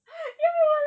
you know right